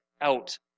out